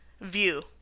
view